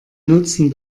nutzen